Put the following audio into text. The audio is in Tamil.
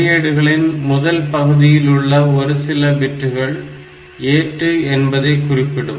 குறியீடுகளின் முதல் பகுதியில் உள்ள ஒருசில பிட்டுகள் 'ஏற்று' என்பதை குறிப்பிடும்